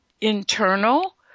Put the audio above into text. internal